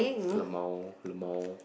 lmao lmao